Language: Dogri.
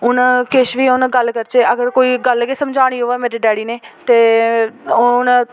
हून किश बी हून गल्ल करचै कोई गल्ल गै समझानी होऐ मेरे डैडी ने ते हून